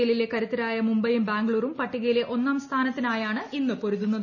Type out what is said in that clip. എല്ലിലെ കരുത്തരായ മുംബൈയും ബാംഗ്ലൂരും പട്ടികയിലെ ഒന്നാം സ്ഥാനത്തിനായാണ് ഇന്ന് പൊരുതുന്നത്